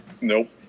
Nope